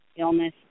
illness